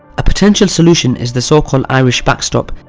a potential solution is the so-called irish backstop,